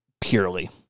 purely